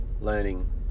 learning